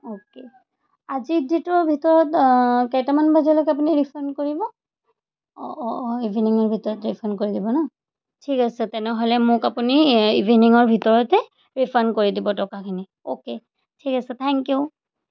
okay আজিৰ ডেটৰ ভিতৰত কেইটামান বজালৈকে আপুনি ৰিফাণ্ড কৰিব অঁ অঁ অঁ ইভিনিঙৰ ভিতৰত ৰিফাণ্ড কৰি দিব ন ঠিক আছে তেনেহ'লে মোক আপুনি ইভিনিঙৰ ভিতৰতে ৰিফাণ্ড কৰি দিব টকাখিনি অ'কে ঠিক আছে থেংক ইউ